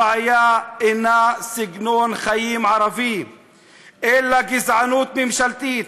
הבעיה אינה סגנון חיים ערבי אלא גזענות ממשלתית.